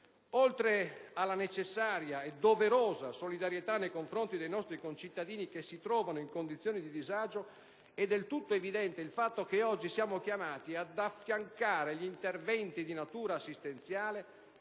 Oltre alla necessaria e doverosa solidarietà nei confronti dei nostri concittadini che si trovano in condizioni di disagio, è del tutto evidente che oggi siamo chiamati ad affiancare gli interventi di natura assistenziale